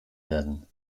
werden